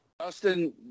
Austin